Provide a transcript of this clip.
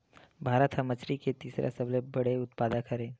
भारत हा मछरी के तीसरा सबले बड़े उत्पादक हरे